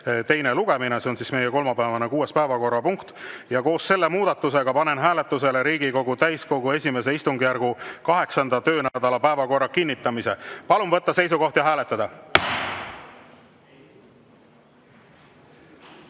teine lugemine. See on kolmapäevane kuues päevakorrapunkt. Koos selle muudatusega panen hääletusele Riigikogu täiskogu I istungjärgu 8. töönädala päevakorra kinnitamise. Palun võtta seisukoht ja hääletada!